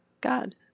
God